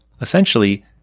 Essentially